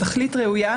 התכלית ראויה,